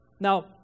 Now